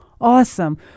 awesome